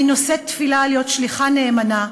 אני נושאת תפילה להיות שליחה נאמנה,